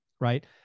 right